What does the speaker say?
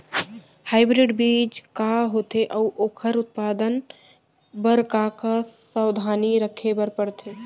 Hybrid बीज का होथे अऊ ओखर उत्पादन बर का का सावधानी रखे बर परथे?